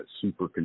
super